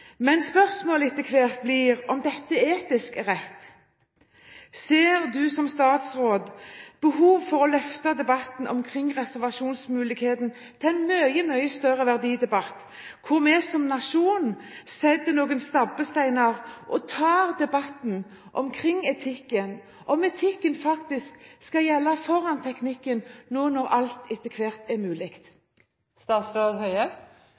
blir om dette er etisk riktig. Ser statsråden behov for å løfte debatten om reservasjonsmulighet til en større verdidebatt, hvor vi som nasjon setter noen stabbesteiner og tar debatten om etikken skal og bør gå foran teknikken?» Jeg vil takke for dette viktige spørsmålet. Den teknologiske utviklingen innen medisinen går veldig fort. Bioteknologiområdet er